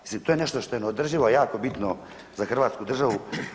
Mislim to je nešto što je neodrživo, a jako bitno za hrvatsku državu.